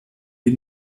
die